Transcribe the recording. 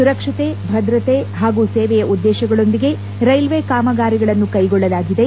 ಸುರಕ್ಷತೆ ಭದ್ರತೆ ಹಾಗೂ ಸೇವೆಯ ಉದ್ದೇಶಗಳೊಂದಿಗೆ ರೈಲ್ವೆ ಕಾಮಗಾರಿಗಳನ್ನು ಕೈಗೊಳ್ಳಲಾಗಿದೆ